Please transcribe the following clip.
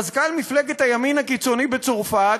מזכ"ל מפלגת הימין הקיצוני בצרפת,